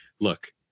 look